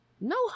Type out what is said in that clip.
no